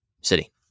city